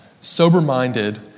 sober-minded